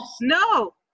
No